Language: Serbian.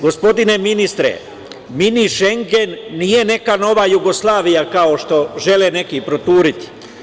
Gospodine ministre, „mini Šengen“ nije neka nova Jugoslavija kao što žele neki proturiti.